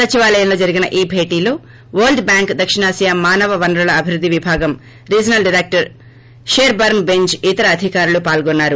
సచివాలయంలో జరిగిన ఈ భేటీలో వరల్డ్ బ్యాంక్ దక్షిణాసియా మానవ వనరుల అభివృద్ధి విభాగం రీజనల్ డైరెక్టర్ పెర్బర్స్ బెంజ్ ఇతర అధికారులు పాల్గొన్నారు